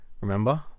Remember